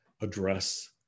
address